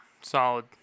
solid